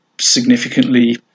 significantly